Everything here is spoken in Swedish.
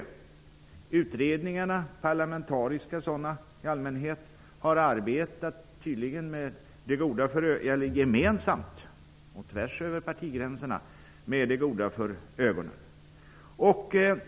I utredningarna, som i allmänhet har varit parlamentariska, har man arbetat gemensamt och tvärs över partigränserna med det goda för ögonen.